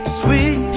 sweet